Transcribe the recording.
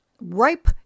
ripe